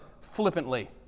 flippantly